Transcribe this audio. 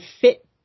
fit